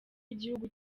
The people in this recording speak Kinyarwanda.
igihugu